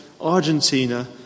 Argentina